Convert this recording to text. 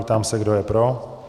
Ptám se, kdo je pro.